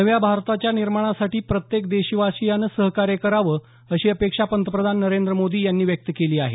नव्या भारताच्या निर्माणासाठी प्रत्येक देशवासियानं सहकार्य करावं अशी अपेक्षा पंतप्रधान नरेंद्र मोदी यांनी व्यक्त केली आहे